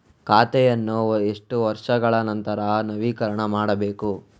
ಖಾತೆಯನ್ನು ಎಷ್ಟು ವರ್ಷಗಳ ನಂತರ ನವೀಕರಣ ಮಾಡಬೇಕು?